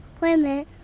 women